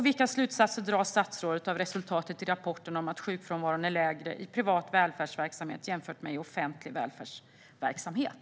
Vilka slutsatser drar statsrådet av resultatet i rapporten om att sjukfrånvaron är lägre i privat välfärdsverksamhet jämfört med i offentlig välfärdsverksamhet?